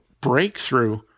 breakthrough